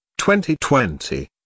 2020